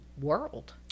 world